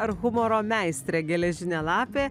ar humoro meistrė geležinė lapė